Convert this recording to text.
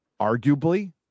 arguably